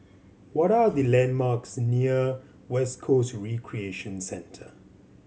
what are the landmarks near West Coast Recreation Centre